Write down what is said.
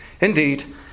indeed